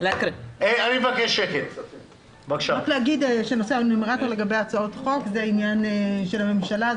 רק להגיד שנושא הנומרטור לגבי הצעות חוק זה עניין של הממשלה,